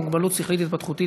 בעל מוגבלות שכלית התפתחותית),